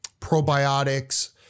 probiotics